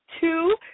two